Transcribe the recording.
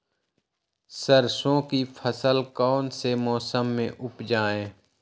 सरसों की फसल कौन से मौसम में उपजाए?